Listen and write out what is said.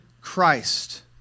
Christ